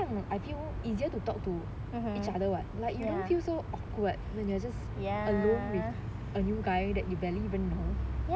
then 这样 I feel easier to talk to each other what like you don't feel so awkward when you're just alone with a new guy that you barely even know